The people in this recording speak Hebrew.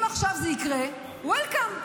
אם עכשיו זה יקרה, welcome.